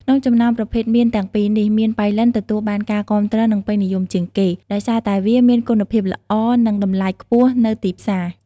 ក្នុងចំណោមប្រភេទមៀនទាំងពីរនេះ មៀនប៉ៃលិន ទទួលបានការគាំទ្រ និងពេញនិយមជាងគេ ដោយសារតែវាមានគុណភាពល្អ និងតម្លៃខ្ពស់នៅទីផ្សារ។